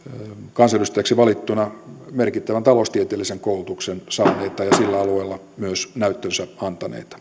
kansanedustajaksi valittuna merkittävän taloustieteellisen koulutuksen saaneita ja sillä alueella myös näyttönsä antaneita